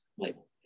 Label